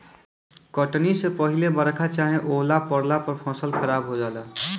कटनी से पहिले बरखा चाहे ओला पड़ला पर फसल खराब हो जाला